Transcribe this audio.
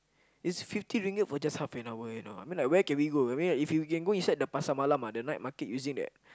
it's fifty ringgit for just half an hour you know mean like where can we go I mean like if we can go inside the pasar malam ah the night market using the